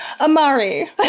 Amari